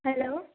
hello